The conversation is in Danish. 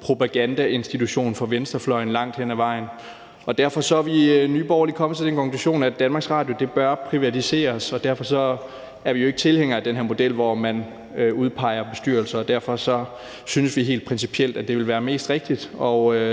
propagandainstitution for venstrefløjen. Derfor er vi i Nye Borgerlige kommet til den konklusion, at DR bør privatiseres, og derfor er vi jo ikke tilhængere af den her model, hvor man udpeger bestyrelser. Derfor synes vi helt principielt, at det vil være mest rigtigt